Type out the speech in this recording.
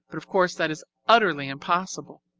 but of course that is utterly impossible.